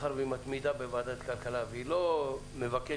מאחר והיא מתמידה בוועדת כלכלה והיא לא מבקשת